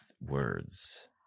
words